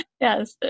Yes